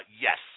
Yes